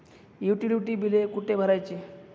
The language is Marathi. युटिलिटी बिले कुठे भरायची?